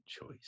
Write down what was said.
choice